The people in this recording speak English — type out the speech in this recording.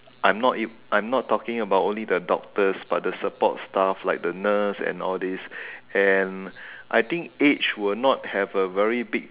I am not ev~ I am not talking about only the doctors but the support staff like the nurse and all this and I think age will not have a very big